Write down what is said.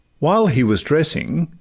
while he was dressing,